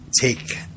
take